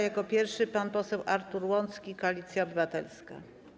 Jako pierwszy pan poseł Artur Łącki, Koalicja Obywatelska.